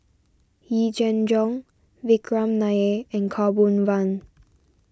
Yee Jenn Jong Vikram Nair and Khaw Boon Wan